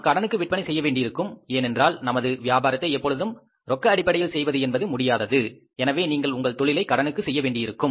நாம் கடனுக்கும் விற்பனை செய்ய வேண்டியிருக்கும் ஏனென்றால் நமது வியாபாரத்தை எப்பொழுதும் ரொக்க அடிப்படையில் செய்வது என்பது முடியாதது எனவே நீங்கள் உங்கள் தொழிலை கடனுக்கும் செய்ய வேண்டியிருக்கும்